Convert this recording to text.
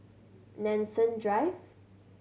Nanson Drive